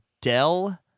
Dell